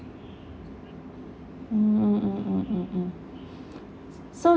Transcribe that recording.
mm mm mm mm mm so